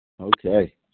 Okay